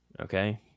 Okay